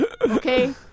Okay